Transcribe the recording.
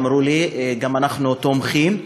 ואמרו לי: גם אנחנו תומכים,